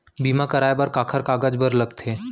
बीमा कराय बर काखर कागज बर लगथे?